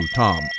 tom